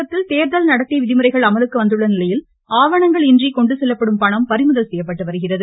தமிழகத்தில் தேர்தல் நடத்தை விதிமுறைகள் அமலுக்கு வந்துள்ள நிலையில் ஆவணங்கள் இன்றி கொண்டு செல்லப்படும் பணம் பறிமுதல் செய்யப்பட்டு வருகிறது